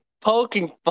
poking